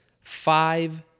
Five